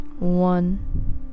One